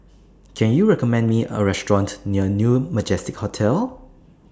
Can YOU recommend Me A Restaurant near New Majestic Hotel